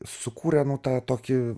sukūrė tą tokį